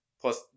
plus